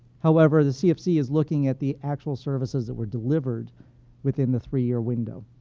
however, the cfc is looking at the actual services that were delivered within the three year window.